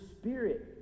spirit